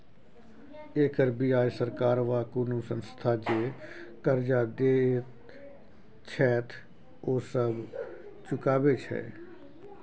एकर बियाज सरकार वा कुनु संस्था जे कर्जा देत छैथ ओ सब चुकाबे छै